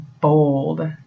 bold